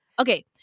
Okay